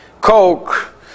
coke